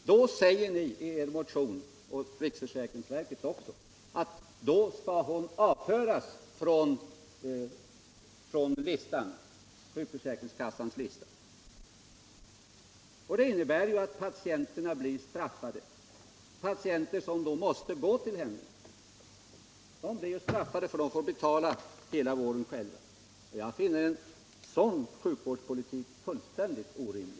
Ni säger ju i er motion — och det säger riksförsäkringsverket också — att en sådan sjukgymnast skall avföras från sjukförsäkringskassans lista. Det innebär att de patienter som måste gå till denna sjukgymnast blir straffade — de får betala hela vården själva. Jag finner en sådan sjukvårdspolitik fullkomligt orimlig.